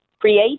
Create